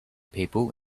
people